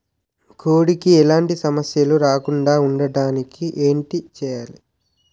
కోడి కి ఎలాంటి సమస్యలు రాకుండ ఉండడానికి ఏంటి చెయాలి?